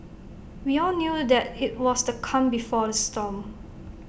we all knew that IT was the calm before the storm